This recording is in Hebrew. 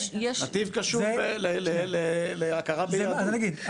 נתיב קשור להכרה --- אני אגיד,